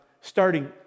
starting